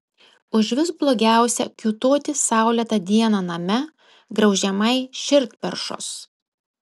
užvis blogiausia kiūtoti saulėtą dieną name graužiamai širdperšos